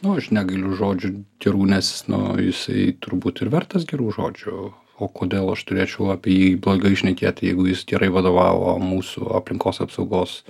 nu aš negailiu žodžiu gerų nes nu jisai turbūt ir vertas gerų žodžių o kodėl aš turėčiau apie jį blogai šnekėt jeigu jis gerai vadovavo mūsų aplinkos apsaugos